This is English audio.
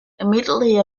immediately